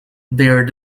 their